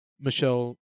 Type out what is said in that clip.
michelle